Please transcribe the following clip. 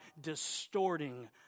distorting